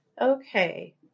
Okay